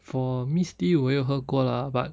for miss tea 我也有喝过 lah but